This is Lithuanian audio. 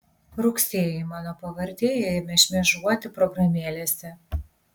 rugsėjį mano pavardė ėmė šmėžuoti programėlėse